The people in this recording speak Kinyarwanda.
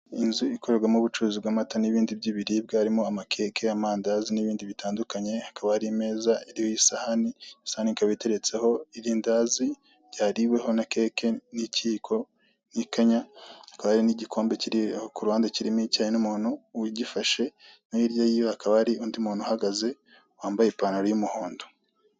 Inzu ikorerwamo ubucuruzi bw'amata n'ibindi by'ibiribwa, amakeke n'amandazi n'ibindi bitandukanye hakaba hari imeza iriho isabani. Isahani ikaba iteretseho irindazi ryariweho na Keke n'ikiyiko, n'ikanya, hakaba hari n'igikombe kiri aho kuruhande kirimo icyayi n'umuntu ugifashe no hirya yiwe hakaba hari undi muntu uhagaze wambaye ipanaro y'umuhondo.